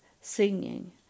singing